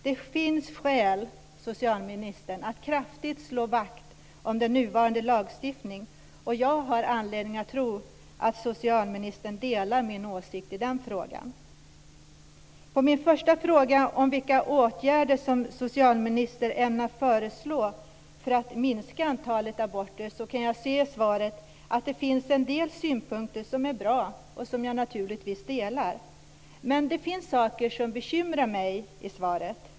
Det finns skäl, socialministern, att kraftigt slå vakt om den nuvarande lagstiftningen. Jag har anledning att tro att socialministern delar min åsikt i den frågan. På min första fråga om vilka åtgärder som socialministern ämnar föreslå för att minska antalet aborter kan jag se i svaret att det finns en del synpunkter som är bra och som jag naturligtvis delar. Men det finns saker som bekymrar mig i svaret.